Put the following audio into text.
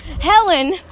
Helen